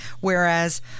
whereas